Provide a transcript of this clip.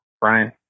Brian